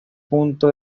punto